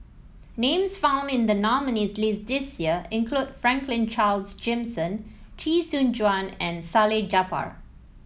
names found in the nominees' list this year include Franklin Charles Gimson Chee Soon Juan and Salleh Japar